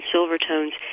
Silvertones